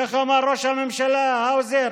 איך אמר ראש הממשלה, האוזר: